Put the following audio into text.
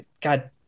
God